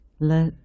let